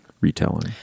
retelling